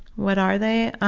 what are they? um,